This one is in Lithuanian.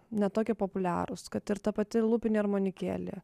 ne tokie populiarūs kad ir ta pati lūpinė armonikėlė